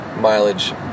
mileage